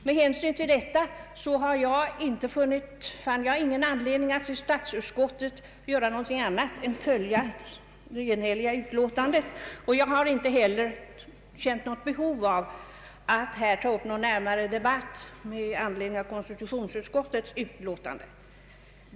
Med hänsyn till detta fann jag ingen anledning att i statsutskottet göra något annat än att följa utskottets enhälliga utlåtande. Jag har inte heller känt behov av att här ta upp någon närmare debatt med anledning av konstitutionsutskottets utlåtande.